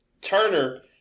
Turner